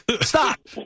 Stop